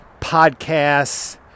podcasts